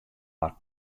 mar